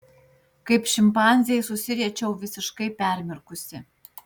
kaip šimpanzė susiriečiau visiškai permirkusi